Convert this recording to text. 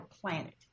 planet